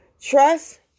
Trust